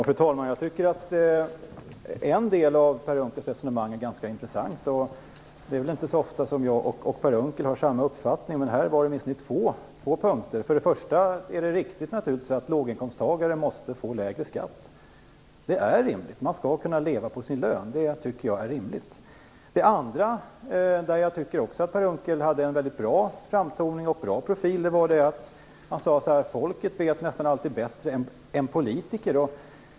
Fru talman! En del av Per Unckels resonemang är ganska intressant. Det är inte så ofta jag och Per Unckel har samma uppfattning, men här kan jag instämma i åtminstone två punkter. För det första är det naturligtvis riktigt att låginkomsttagare måste få lägre skatt. Det är rimligt. Man skall kunna leva på sin lön. För det andra hade Per Unckel en bra framtoning och profil när han sade att folket nästan alltid vet bättre än politiker.